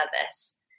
service